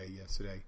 yesterday